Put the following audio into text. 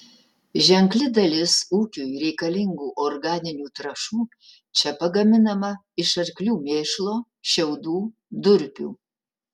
ženkli dalis ūkiui reikalingų organinių trąšų čia pagaminama iš arklių mėšlo šiaudų durpių